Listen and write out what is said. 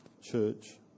church